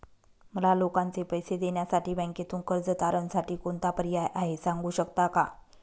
मला लोकांचे पैसे देण्यासाठी बँकेतून कर्ज तारणसाठी कोणता पर्याय आहे? सांगू शकता का?